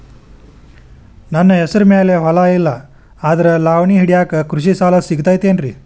ನನ್ನ ಹೆಸರು ಮ್ಯಾಲೆ ಹೊಲಾ ಇಲ್ಲ ಆದ್ರ ಲಾವಣಿ ಹಿಡಿಯಾಕ್ ಕೃಷಿ ಸಾಲಾ ಸಿಗತೈತಿ ಏನ್ರಿ?